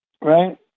right